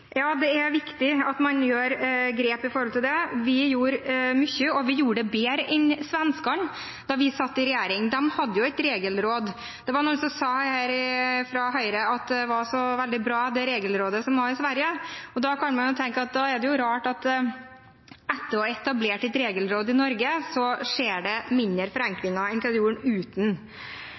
Ja, det er viktig at man gjør grep når det gjelder det. Vi gjorde mye, og vi gjorde det bedre enn svenskene da vi satt i regjering. De hadde et regelråd. Det var noen fra Høyre som sa her at det var så veldig bra, det regelrådet som var i Sverige, og man kan jo tenke at da er det rart at etter å ha etablert et regelråd i Norge, skjer det mindre forenklinger enn det gjorde uten.